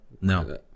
no